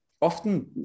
Often